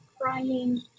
crying